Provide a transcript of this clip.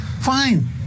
Fine